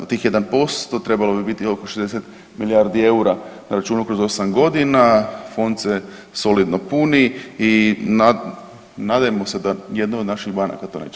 Od tih 1% trebalo bi biti oko 60 milijardi eura na računu kroz 8 godina, Fond se solidno puni i nadajmo se da jedna od naših banaka to neće